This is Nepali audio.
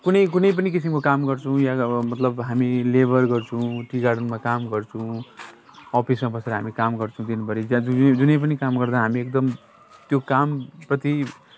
कुनै कुनै पनि किसिमको काम गर्छौँ या मतलब हामी लेबर गर्छौँ टी गार्डनमा काम गर्छौँ अफिसमा बसेर हामी काम गर्छौँ दिनभरि त्यहाँ जुनै जुनै पनि काम गर्दा हामी एकदम त्यो कामप्रति